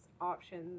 options